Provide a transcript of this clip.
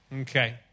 Okay